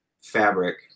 fabric